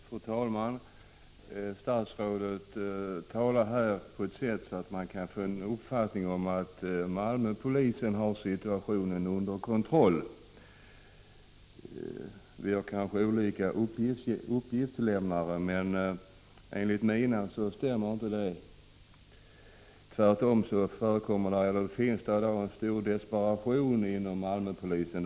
Fru talman! Statsrådet talar på ett sådant sätt att man kan få uppfattningen att Malmöpolisen har situationen under kontroll. Vi kanske har olika uppgiftslämnare, för enligt mina uppgifter stämmer inte detta. Tvärtom finns det en stor desperation inom Malmöpolisen.